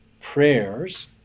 prayers